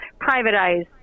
privatized